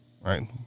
right